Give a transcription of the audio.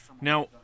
now